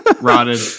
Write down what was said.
Rotted